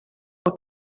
del